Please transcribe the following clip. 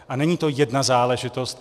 A není to jedna záležitost.